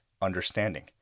understanding